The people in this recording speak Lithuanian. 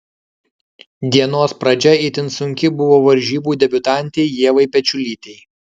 dienos pradžia itin sunki buvo varžybų debiutantei ievai pečiulytei